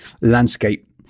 landscape